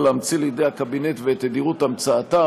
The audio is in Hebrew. להמציא לידי הקבינט ואת תדירות המצאתם.